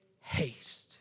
haste